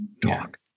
dog